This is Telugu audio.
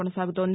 కొనసాగుతోంది